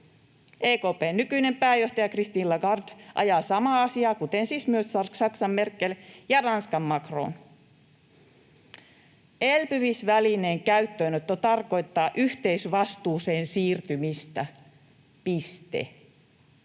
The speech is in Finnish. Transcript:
EKP:n nykyinen pääjohtaja Christine Lagarde ajaa samaa asiaa, kuten siis myös Saksan Merkel ja Ranskan Macron. Elpymisvälineen käyttöönotto tarkoittaa yhteisvastuuseen siirtymistä — piste.